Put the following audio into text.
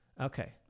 Okay